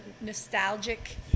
nostalgic